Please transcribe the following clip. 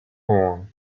horn